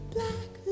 Black